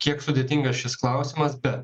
kiek sudėtingas šis klausimas bet